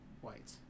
white